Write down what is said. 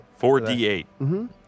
4d8